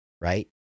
right